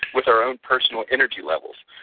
with our own personal energy levels,